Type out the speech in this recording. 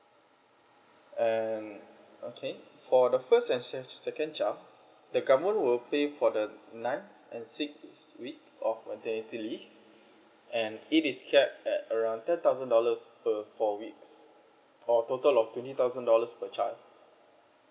and okay for the first and se~ second child the government will pay for the ninth and sixth week of uh they daily and it is capped at around ten thousand dollars per four weeks for total of twenty thousand dollars per child